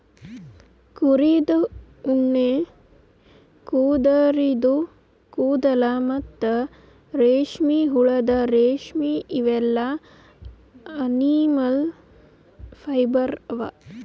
ಕುರಿದ್ ಉಣ್ಣಿ ಕುದರಿದು ಕೂದಲ ಮತ್ತ್ ರೇಷ್ಮೆಹುಳದ್ ರೇಶ್ಮಿ ಇವೆಲ್ಲಾ ಅನಿಮಲ್ ಫೈಬರ್ ಅವಾ